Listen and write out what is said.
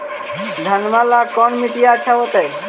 घनमा ला कौन मिट्टियां अच्छा होतई?